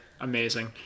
amazing